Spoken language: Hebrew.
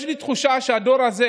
יש לי תחושה שהדור הזה,